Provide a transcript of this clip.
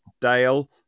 Dale